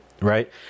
Right